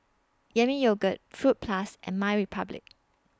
Yami Yogurt Fruit Plus and MyRepublic